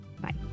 Bye